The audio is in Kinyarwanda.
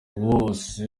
wose